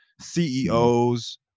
CEOs